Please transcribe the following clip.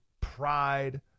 pride